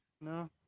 No